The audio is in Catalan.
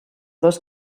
dos